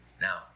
Now